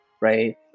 right